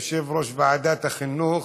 יושב-ראש ועדת החינוך,